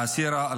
באל-טירה,